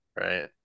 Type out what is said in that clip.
right